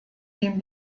dem